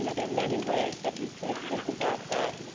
you know there are many ways that you could think about that.